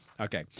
okay